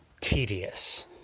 tedious